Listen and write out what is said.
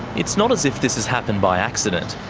it's not as if this has happened by accident.